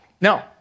No